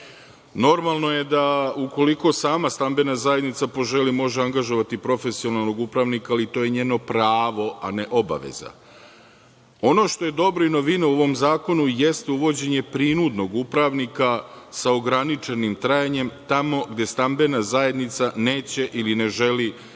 Normalno je da, ukoliko sama stambena zajednica poželi, može angažovati profesionalnog upravnika, ali to je njeno pravo a ne obaveza. Ono što je dobro i novina u ovom zakonu jeste uvođenje prinudnog upravnika sa ograničenim trajanjem tamo gde stambena zajednica neće ili ne želi da